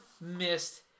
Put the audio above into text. missed